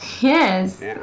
Yes